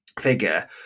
figure